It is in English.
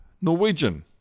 Norwegian